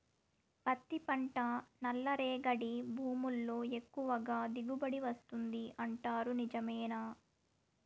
పత్తి పంట నల్లరేగడి భూముల్లో ఎక్కువగా దిగుబడి వస్తుంది అంటారు నిజమేనా